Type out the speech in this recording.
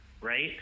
right